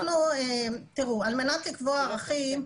על מנת לקבוע ערכים,